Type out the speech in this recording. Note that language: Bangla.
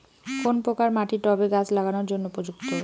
কোন প্রকার মাটি টবে গাছ লাগানোর জন্য উপযুক্ত?